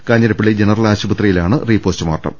Kanjirappally general ആശുപത്രിയിലാണ് re postmortem